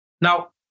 Now